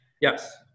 Yes